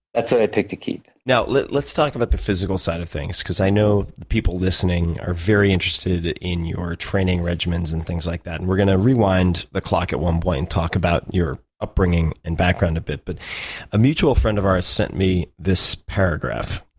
that's what i'd pick to keep. let's let's talk about the physical side of things because i know the people listening are very interested in your training regimens and things like that. and we're going to rewind the clock at one point and talk about your upbringing and background a bit. but a mutual friend of ours sent me this paragraph,